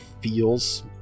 feels